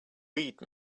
read